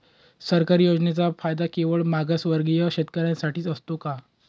सरकारी योजनांचा फायदा केवळ मागासवर्गीय शेतकऱ्यांसाठीच असतो का?